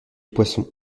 poisson